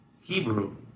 Hebrew